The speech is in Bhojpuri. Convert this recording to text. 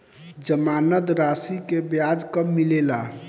जमानद राशी के ब्याज कब मिले ला?